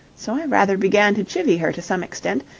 so i rather began to chivvy her to some extent,